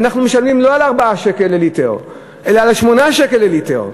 אנחנו משלמים לא על 4 שקלים לליטר אלא על 8 שקלים לליטר.